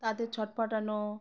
তাদের ছট ফটানো